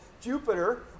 Jupiter